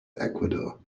ecuador